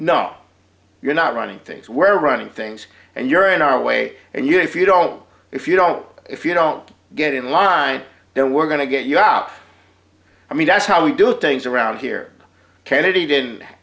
no you're not running things we're running things and you're in our way and you know if you don't if you don't if you don't get in line then we're going to get you out i mean that's how we do things around here kennedy didn't